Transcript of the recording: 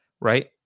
right